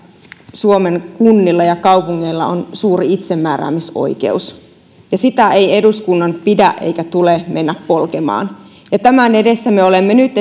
suomen kunnilla ja kaupungeilla on suuri itsemääräämisoikeus ja sitä ei eduskunnan pidä eikä tule mennä polkemaan ja tämän edessä me olemme nyt